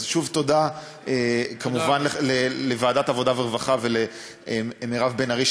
אז שוב תודה לוועדת העבודה והרווחה ולמירב בן ארי,